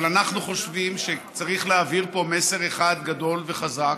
אבל אנחנו חושבים שצריך להעביר פה מסר אחד גדול וחזק: